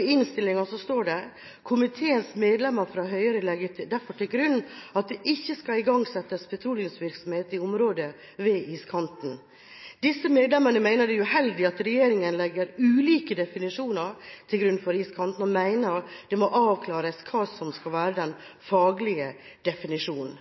I innstillingen står det i en merknad fra komiteens medlemmer fra Høyre: «Disse medlemmer legger derfor til grunn at det ikke skal igangsettes petroleumsvirksomhet i området ved iskanten. Disse medlemmer mener det er uheldig at regjeringen legger ulike definisjoner til grunn for iskanten, og mener det må avklares hva som skal være den